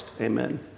amen